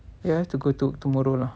ya have to go tomorrow lah